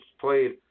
played